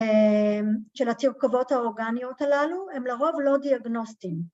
‫של התרכובות האורגניות הללו, ‫הם לרוב לא דיאגנוסטיים.